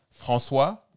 François